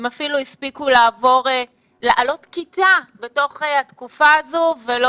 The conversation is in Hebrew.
הם אפילו הספיקו לעלות כיתה בתוך התקופה הזו ולא